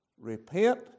Repent